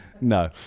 No